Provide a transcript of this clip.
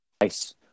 nice